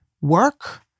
work